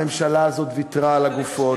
הממשלה הזאת ויתרה על הגופות.